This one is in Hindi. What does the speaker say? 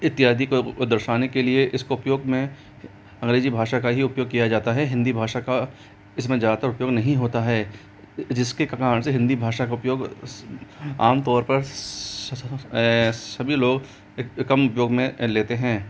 इत्यादि को दर्शाने के लिए इसको उपयोग में अंग्रेजी भाषा का ही उपयोग किया जाता है हिंदी भाषा का इसमें ज़्यादातर उपयोग नहीं होता है जिसके कारण से हिंदी भाषा का उपयोग आमतौर पर सभी लोग कम उपयोग में लेते हैं